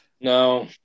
No